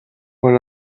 when